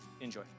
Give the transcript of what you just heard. Enjoy